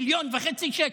1.5 מיליון שקל,